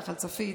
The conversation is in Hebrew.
נחל צפית,